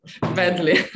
badly